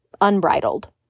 unbridled